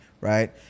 right